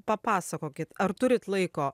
papasakokit ar turit laiko